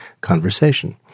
conversation